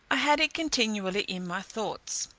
i had it continually in my thoughts.